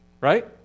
right